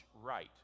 right